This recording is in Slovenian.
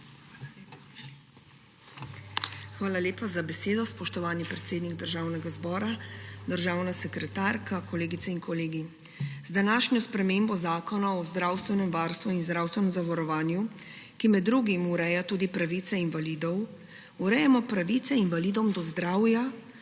Hvala lepa za besedo, spoštovani predsednik Državnega zbora. Državna sekretarka, kolegice in kolegi! Z današnjo spremembo Zakona o zdravstvenem varstvu in zdravstvenem zavarovanju, ki med drugim ureja tudi pravice invalidov, urejamo pravice invalidom do zdravja,